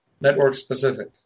network-specific